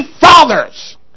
fathers